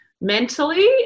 Mentally